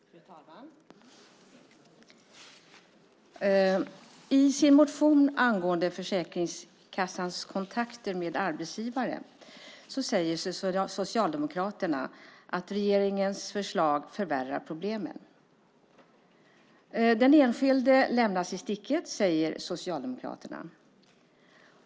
Fru talman! I sin motion angående Försäkringskassans kontakter med arbetsgivare säger Socialdemokraterna att regeringens förslag förvärrar problemen. Den enskilde lämnas i sticket, säger Socialdemokraterna.